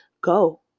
go